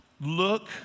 Look